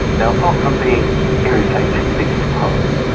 now, apart from being irritatingly smug,